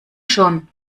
schon